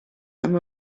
amb